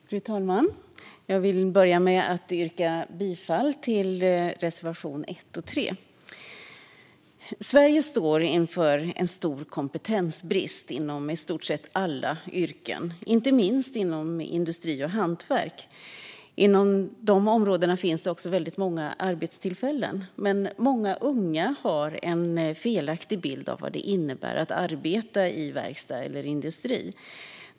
Fru talman! Fru talman, jag vill börja med att yrka bifall till reservationerna 1 och 3. Sverige står inför en stor kompetensbrist inom i stort sett alla yrken, inte minst inom industri och hantverk. Inom dessa områden finns också väldigt många arbetstillfällen. Men många unga har en felaktig bild av vad det innebär att arbeta i verkstad eller industri.